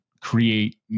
create